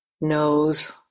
knows